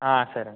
సరే